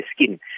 skin